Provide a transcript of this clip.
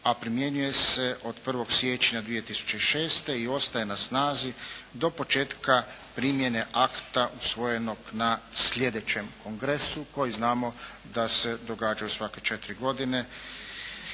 a primjenjuje se od 1. siječnja 2006. i ostaje na snazi do početka primjene akta usvojenog na sljedećem kongresu koji znamo da se događaju svake četiri godine.